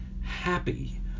happy